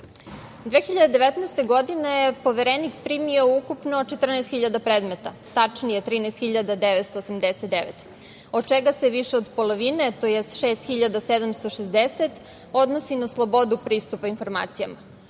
2019. je poverenik primio ukupno 14.000 predmeta, tačnije 13.989, od čega se više od polovine, tj. 6.760 odnosi na slobodu pristupa informacijama,